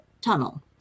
tunnel